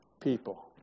people